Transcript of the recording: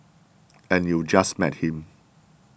and you just met him